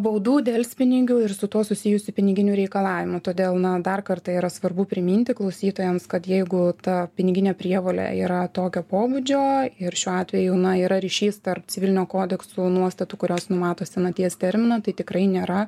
baudų delspinigių ir su tuo susijusių piniginių reikalavimų todėl na dar kartą yra svarbu priminti klausytojams kad jeigu ta piniginė prievolė yra tokio pobūdžio ir šiuo atveju jau na yra ryšys tarp civilinio kodekso nuostatų kurios numato senaties terminą tai tikrai nėra